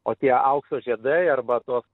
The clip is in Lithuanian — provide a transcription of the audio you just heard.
o tie aukso žiedai arba tos